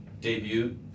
debut